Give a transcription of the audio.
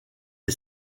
est